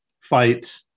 fight